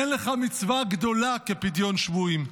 אין לך מצווה גדולה כפדיון שבויים.